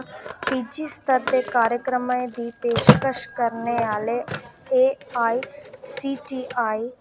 च पीजी स्तर दे कार्यक्रमें दी पेशकश करने आह्ले एआईसीटीआई